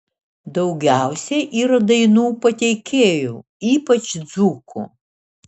daugiausiai yra dainų pateikėjų ypač dzūkų